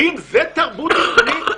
האם זו תרבות ארגונית?